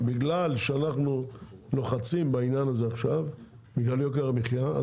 אנחנו עכשיו לוחצים בעניין הזה בגלל יוקר המחיה,